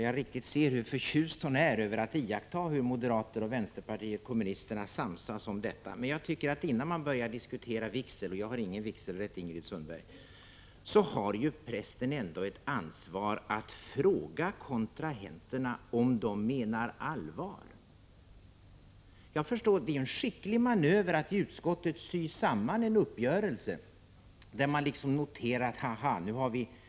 Jag riktigt ser hur förtjust Ing-Marie Hansson är över att iaktta hur moderata samlingspartiet och vänsterpartiet kommunisterna samsas när det gäller kulturfonder, men jag tycker att man innan man börjar diskutera vigsel — jag har ingen vigselrätt, Ingrid Sundberg — bör beakta att prästen ändå har ett ansvar att fråga kontrahenterna om de menar allvar. Det är en skicklig manöver att i utskottet sy samman en uppgörelse. Där tycks man ha konstaterat: Haha!